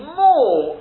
more